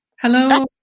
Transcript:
Hello